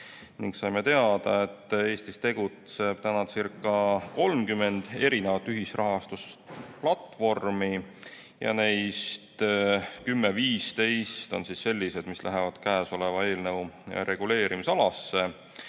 Saime teada, et Eestis tegutseb tänacirca30 erinevat ühisrahastusplatvormi ja neist 10–15 on sellised, mis lähevad käesoleva eelnõu reguleerimisalasse.